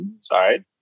sorry